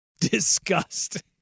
Disgust